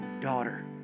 daughter